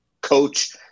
coach